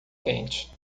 quente